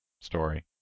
story